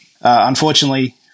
unfortunately –